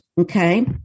okay